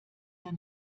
der